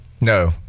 No